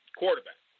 quarterback